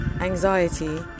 anxiety